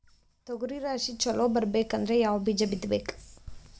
ತೊಗರಿ ರಾಶಿ ಚಲೋ ಬರಬೇಕಂದ್ರ ಯಾವ ಬೀಜ ಬಿತ್ತಬೇಕು?